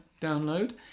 download